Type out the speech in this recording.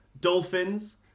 Dolphins